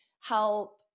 help